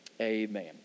Amen